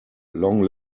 long